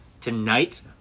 Tonight